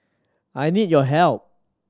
I need your help